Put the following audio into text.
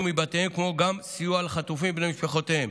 מבתיהן כמו גם סיוע לחטופים ולבני משפחותיהם.